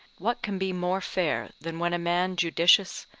what can be more fair than when a man judicious,